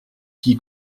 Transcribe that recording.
qui